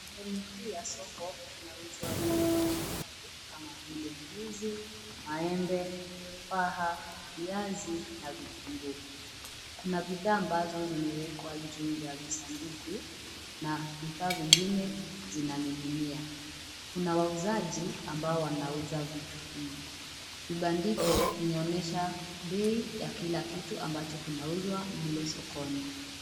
Sehemu hii ya soko mnauzwa vitu mbalimbali kama vile, ndizi, maembe, tufaha, viazi na vitunguu, kuna bidhaa ambazo zimewekwa juu ya visanduku, na vifaa vingine, zinaning'inia, kuna wauzaji ambao wanauza vitu hivi, vibandiko vinaonyesha, bei ya kila kitu ambacho kinauzwa mle sokoni.